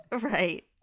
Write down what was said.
right